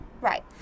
right